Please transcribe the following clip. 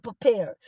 prepared